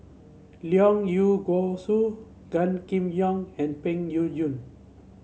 Leong Yee Goo Soo Gan Kim Yong and Peng Yuyun